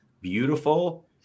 beautiful